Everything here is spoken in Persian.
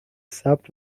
ثبت